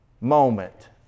moment